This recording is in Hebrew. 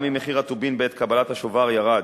גם אם מחיר הטובין בעת קבלת השובר ירד.